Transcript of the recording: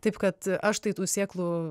taip kad aš tai tų sėklų